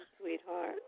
sweetheart